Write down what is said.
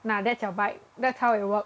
拿 that's your bike that's how it works